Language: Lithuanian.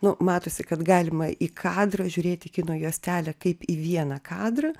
nu matosi kad galima į kadrą žiūrėt į kino juostelę kaip į vieną kadrą